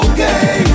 Okay